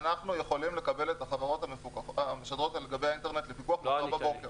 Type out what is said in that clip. אנחנו יכולים לקבל את החברות המשדרות על גבי האינטרנט לפיקוח מחר בבוקר.